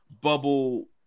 bubble